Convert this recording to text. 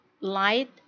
light